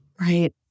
Right